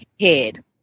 head